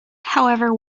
however